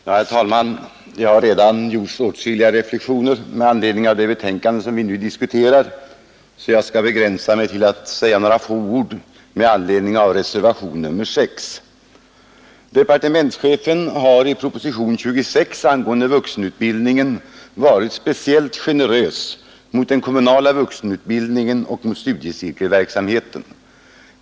Herr talman! Det har redan gjorts åtskilliga reflexioner med anledning av det betänkande vi nu diskuterar. Jag skall därför begränsa mig till att säga några få ord med anledning av reservationen 6. Departementschefen har i proposition 26 angående vuxenutbildningen varit speciellt generös mot den kommunala vuxenutbildningen och mot studiecirkelverksamheten.